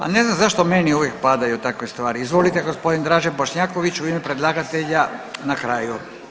A ne znam zašto meni uvijek padaju takve stvari, izvolite g. Dražen Bošnjaković, u ime predlagatelja na kraju.